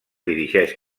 dirigeix